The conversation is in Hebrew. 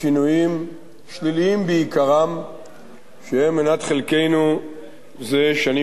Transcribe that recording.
שליליים בעיקרם שהם מנת חלקנו זה שנים אחדות.